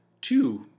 two